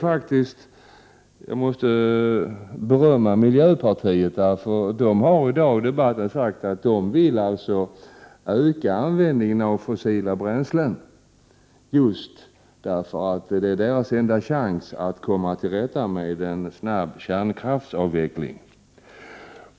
Jag måste berömma miljöpartiet, som i dag i debatten sagt sig vilja öka användningen av fossila bränslen just därför att det är deras enda chans att komma till rätta med en snabb kärnkraftsavveckling.